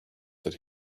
that